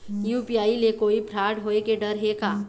UPI ले कोई fraud होए के डर हे का?